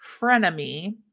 frenemy